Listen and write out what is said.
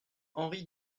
henri